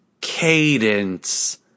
cadence